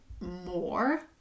more